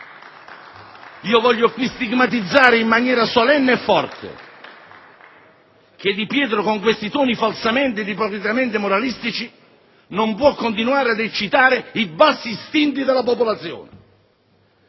io voglio qui affermare in maniera solenne e forte che Di Pietro, con questi toni falsamente ed ipocritamente moralistici, non può continuare ad eccitare i bassi istinti della popolazione,